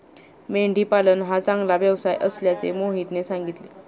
मेंढी पालन हा चांगला व्यवसाय असल्याचे मोहितने सांगितले